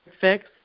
fix